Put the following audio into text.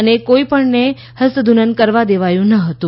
અને કોઇપણને હસ્તધૂનન કરવા દેવાયું ન હતું